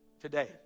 today